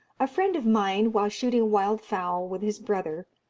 a friend of mine, while shooting wild fowl with his brother,